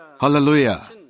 Hallelujah